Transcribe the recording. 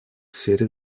сфере